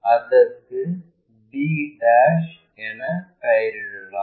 அதற்கு b என பெயரிடலாம்